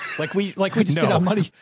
like we, like, we just get our money.